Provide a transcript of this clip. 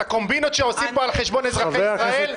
לקומבינות שעושים פה על חשבון אזרחי ישראל?